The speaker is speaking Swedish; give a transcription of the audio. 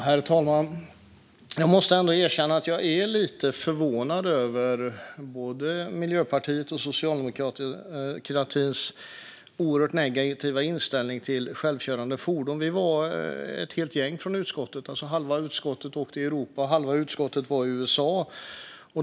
Herr talman! Jag måste erkänna att jag är lite förvånad över både Miljöpartiets och socialdemokratins oerhört negativa inställning till självkörande fordon. Vi var ju ett helt gäng från utskottet som var iväg - halva utskottet åkte till Europa och halva till USA.